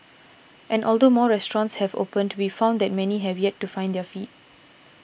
and although more restaurants have opened we found that many have yet to find their feet